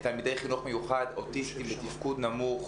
תלמידי חינוך מיוחד אוטיסטים בתפקוד נמוך